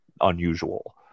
unusual